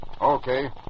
Okay